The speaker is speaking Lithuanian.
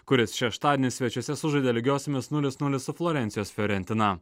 kuris šeštadienį svečiuose sužaidė lygiosiomis nulis nulis su florencijos fiorentina